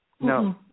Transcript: No